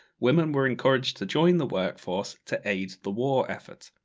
women were encouraged to join the work force, to aid the war efforts.